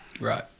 Right